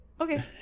Okay